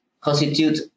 constitute